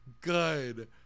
good